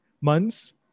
months